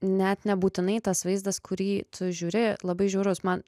net nebūtinai tas vaizdas kurį tu žiūri labai žiaurus man